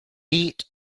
beat